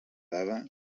dada